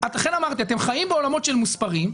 לכן אמרתי אתם חיים בעולמות של מספרים,